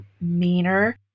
meaner